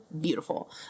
Beautiful